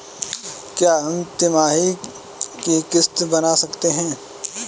क्या हम तिमाही की किस्त बना सकते हैं?